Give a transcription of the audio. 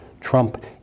Trump